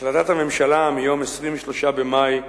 החלטת הממשלה מיום 23 במאי 2010,